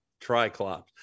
Triclops